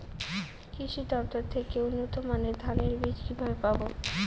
কৃষি দফতর থেকে উন্নত মানের ধানের বীজ কিভাবে পাব?